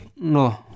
no